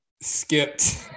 skipped